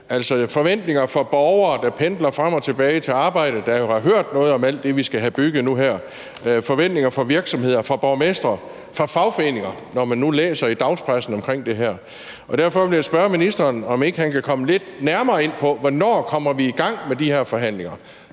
altså forventninger fra borgere, der pendler frem og tilbage til arbejdet, og som har hørt noget om alt det, vi skal have bygget nu her, og der er forventninger fra virksomheder, fra borgmestre og fra fagforeninger, når de nu læser i dagspressen om det her. Derfor vil jeg spørge ministeren, om ikke han kan komme lidt nærmere ind på, hvornår vi kommer i gang med de her forhandlinger.